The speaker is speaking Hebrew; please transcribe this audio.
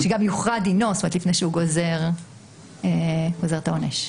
יוכרע דינו לפני שבית המשפט גוזר את העונש.